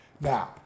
Now